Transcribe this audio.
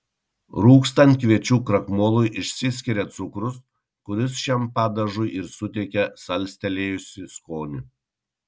rūgstant kviečių krakmolui išsiskiria cukrus kuris šiam padažui ir suteikia salstelėjusį skonį